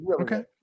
okay